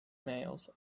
males